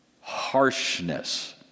Harshness